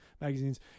magazines